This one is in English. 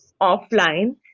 offline